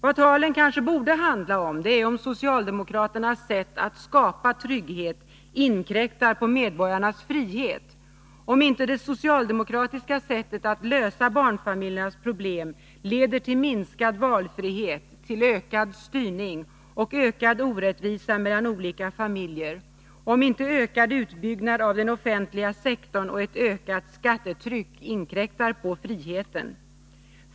Vad talen kanske borde handla om är om socialdemokraternas sätt att skapa trygghet inkräktar på medborgarnas frihet, om inte det socialdemokratiska sättet att lösa barnfamiljernas problem leder till minskad valfrihet, ökad styrning och ökad orättvisa mellan olika familjer, om inte ökad utbyggnad av den offentliga sektorn och ett ökat skattetryck inkräktar på friheten.